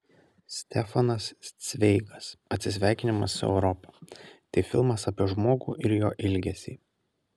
stefanas cveigas atsisveikinimas su europa tai filmas apie žmogų ir jo ilgesį